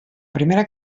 primera